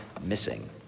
missing